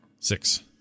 Six